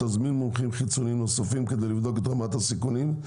תזמין מומחים חיצוניים נוספים כדי לבדוק את רמת הסיכונים,